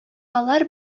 алар